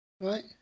right